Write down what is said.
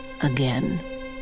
again